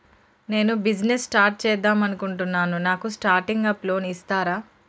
నేను business start చేద్దామనుకుంటున్నాను నాకు స్టార్టింగ్ అప్ లోన్ ఇస్తారా?